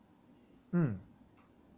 mm